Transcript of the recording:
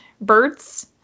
birds